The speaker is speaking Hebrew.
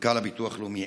מנכ"ל הביטוח הלאומי.